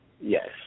Yes